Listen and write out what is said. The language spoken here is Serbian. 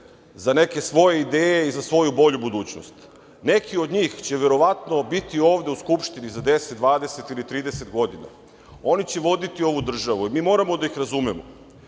za neke svoje ideje i za svoju bolju budućnost. Neki od njih će verovatno biti ovde u Skupštini za 10, 20 ili 30 godina. Oni će voditi ovu državu. Mi moramo da ih razumemo. Da